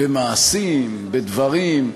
במעשים, בדברים.